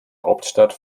hauptstadt